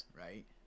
right